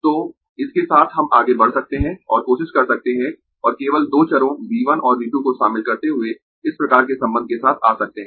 तो इसके साथ हम आगें बढ़ सकते है और कोशिश कर सकते है और केवल दो चरों V 1 और V 2 को शामिल करते हुए इस प्रकार के संबंध के साथ आ सकते है